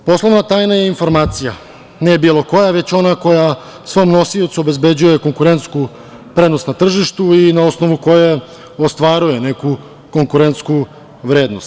Poslovna tajna je informacija, ne bilo koja, već ona koja svom nosiocu obezbeđuje konkurentsku prednost na tržištu i na osnovu koje ostvaruje neku konkurentsku vrednost.